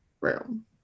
room